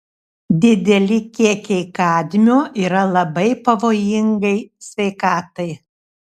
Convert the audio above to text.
dideli kiekiai kadmio yra labai pavojingai sveikatai